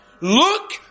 Look